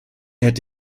hätte